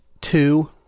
two